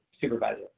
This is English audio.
supervisor